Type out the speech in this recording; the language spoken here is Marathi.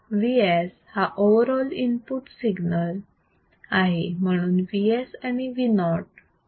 Vs हा ओव्हर ऑल इनपुट सिग्नल आहे म्हणून Vs and Vo